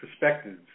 perspectives